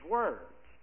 words